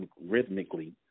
rhythmically